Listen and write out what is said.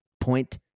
Point